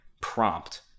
prompt